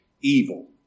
evil